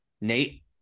Nate